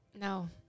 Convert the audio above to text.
No